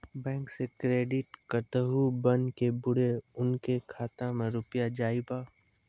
Bank से credit card बन के बुरे उनके खाता मे रुपिया जाएब?